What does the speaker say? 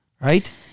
Right